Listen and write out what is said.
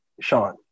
Sean